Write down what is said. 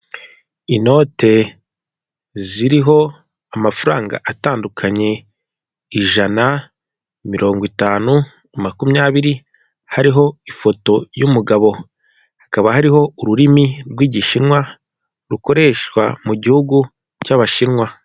Inote ziriho amafaranga atandukanye ijana, mirongo itanu, makumyabiri, hariho ifoto y'umugabo hakaba hariho ururimi rw'igishinwa rukoreshwa mu gihugu cy'abashinwa.